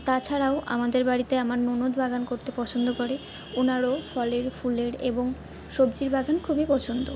তাছাড়াও আমাদের বাড়িতে আমার ননদ বাগান করতে পছন্দ করে ওনারও ফলের ফুলের এবং সবজির বাগান খুবই পছন্দ